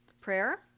Prayer